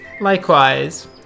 Likewise